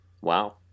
Wow